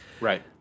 Right